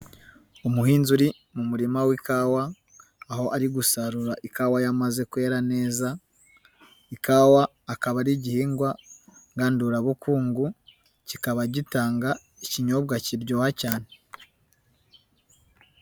Umuhinzi uri mu murima w'ikawa, aho ari gusarura ikawa yamaze kwera neza, ikawa akaba ari igihingwa ngandurabukungu kikaba gitanga ikinyobwa kiryoha cyane.